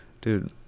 Dude